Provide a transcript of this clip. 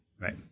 Right